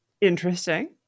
Interesting